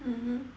mmhmm